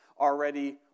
already